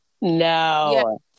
No